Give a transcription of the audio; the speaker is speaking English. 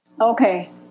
Okay